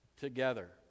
together